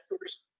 first